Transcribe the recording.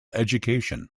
education